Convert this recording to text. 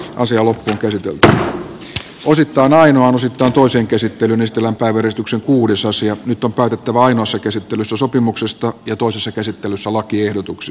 kausiolu käsitelty vuosittain aina osittain toisen käsittelyn estellä päivyristuksen uudisosia nyt on päätettävä ainoassa käsittelyssä sopimuksesta ja toisessa käsittelyssä lakiehdotuksista